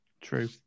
True